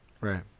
right